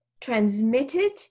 transmitted